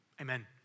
amen